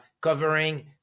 covering